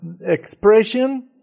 expression